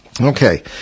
Okay